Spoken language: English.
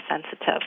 sensitive